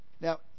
Now